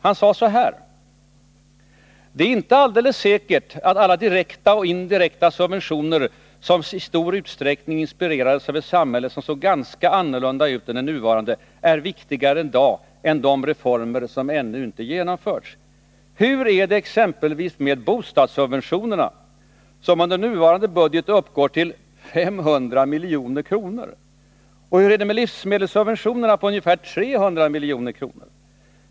Han sade så här: Det är inte alldeles säkert att alla direkta och indirekta subventioner, som i stor utsträckning inspirerades av ett samhälle som såg ganska annorlunda ut än det nuvarande, är viktigare en dag än de reformer som ännu inte genomförts. Hur är det exempelvis med bostadssubventionerna, som under nuvarande budget uppgår till 500 milj.kr.? Och hur är det med livsmedelssubventionerna på ungefär 300 milj.kr.?